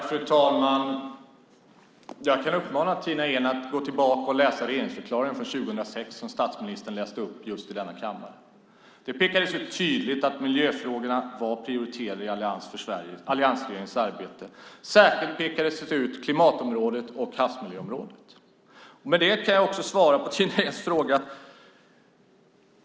Fru talman! Jag kan uppmana Tina Ehn att gå tillbaka och läsa regeringsförklaringen från 2006 som statsministern läste upp just i denna kammare. Det pekades tydligt ut att just miljöfrågorna var prioriterade i alliansregeringens arbete, särskilt pekades klimatområdet och havsmiljöområdet ut. Med det kan jag också svara på Tina Ehns fråga.